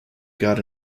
got